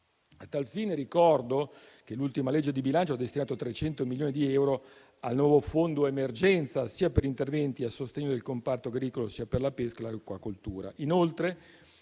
A tal fine, ricordo che l'ultima legge di bilancio ha destinato 300 milioni di euro al nuovo fondo emergenza, sia per interventi a sostegno del comparto agricolo, sia per la pesca e la acquacoltura.